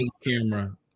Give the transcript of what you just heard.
camera